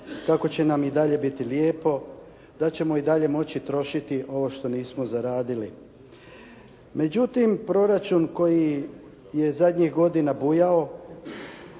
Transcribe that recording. kako će nam i dalje biti lijepo, da ćemo i dalje moći trošiti ovo što nismo zaradili. Međutim, proračun koji je zadnjih godina bujao